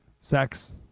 Sex